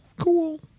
cool